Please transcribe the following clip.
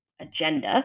Agenda